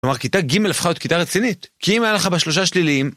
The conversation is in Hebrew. כלומר, כיתה ג' הפכה להיות כיתה רצינית. כי אם היה לך בה שלושה שליליים...